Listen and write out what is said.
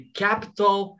capital